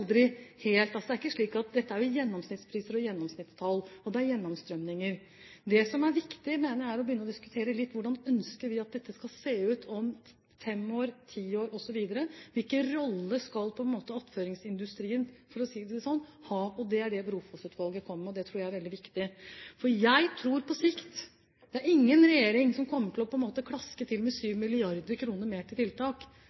som er viktig, mener jeg, er å begynne å diskutere hvordan vi ønsker at dette skal se ut om fem år, ti år osv. Hvilken rolle skal attføringsindustrien – for å si det sånn – ha? Det er det Brofoss-utvalget kommer med, og det tror jeg er veldig viktig. Jeg tror, på sikt, at det er ingen regjering som på en måte kommer til å klaske til med 7 mrd. kr mer til